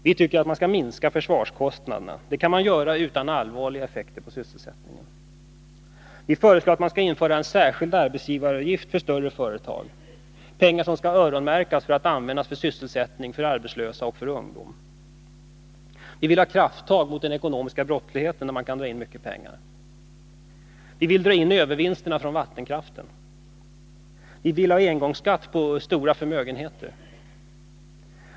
Vi tycker att man kan minska försvarskostnaderna, vilket kan ske utan allvarliga effekter på sysselsättningen. Vi föreslår att man skall införa en särskild arbetsgivaravgift för större företag, pengar som skall öronmärkas för att skapa sysselsättning åt arbetslösa, främst ungdomar. Vi vill ha krafttag mot den ekonomiska brottsligheten. Där kan man dra in mycket pengar. Vi vill dra in de övervinster som finns i vattenkraften. Vi vill ha engångsskatt på stora förmögenheter.